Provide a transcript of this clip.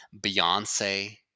Beyonce